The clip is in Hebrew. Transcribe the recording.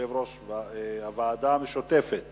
יושב-ראש הוועדה המשותפת